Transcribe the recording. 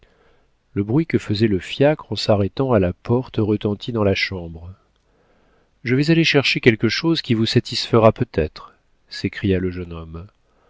le bruit que faisait le fiacre en s'arrêtant à la porte retentit dans la chambre je vais aller chercher quelque chose qui vous satisfera peut-être s'écria le jeune homme